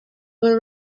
were